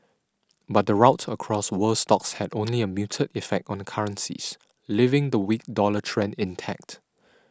but the rout across world stocks had only a muted effect on currencies leaving the weak dollar trend intact